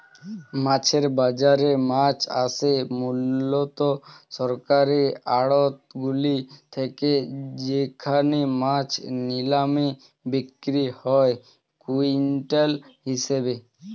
মাছের বাজারে মাছ আসে মূলত সরকারি আড়তগুলি থেকে যেখানে মাছ নিলামে বিক্রি হয় কুইন্টাল হিসেবে